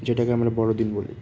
যেটাকে আমরা বড়ো দিন বলি